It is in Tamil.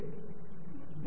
dlalong 112E